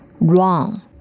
Wrong